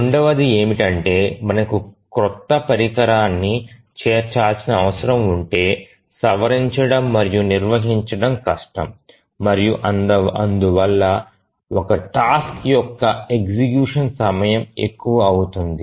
రెండవది ఏమిటంటే మనకు క్రొత్త పరికరాన్ని చేర్చాల్సిన అవసరం ఉంటే సవరించడం మరియు నిర్వహించడం కష్టం మరియు అందువల్ల ఒక టాస్క్ యొక్క ఎగ్జిక్యూషన్ సమయం ఎక్కువ అవుతుంది